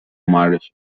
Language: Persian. معرفی